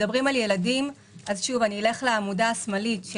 אלך לעמודה השמאלית,